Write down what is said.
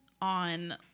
On